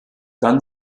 dann